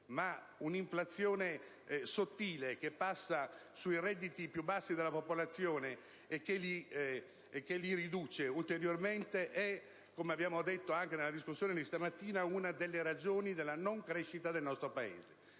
Un'inflazione sottile, che passa sui redditi più bassi della popolazione e che li riduce ulteriormente è, come abbiamo detto anche nella discussione di stamattina, una della ragioni della mancanza di crescita del nostro Paese.